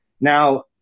Now